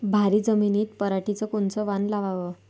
भारी जमिनीत पराटीचं कोनचं वान लावाव?